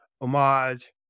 homage